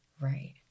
Right